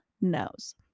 knows